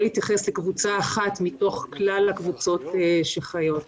להתייחס לקבוצה אחת מתוך כלל הקבוצות שחיות פה.